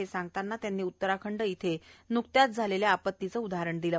हे सांगताना त्यांनी उत्तराखंड येथील न्कत्याच झालेल्या आपत्तीचे उदाहरण दिले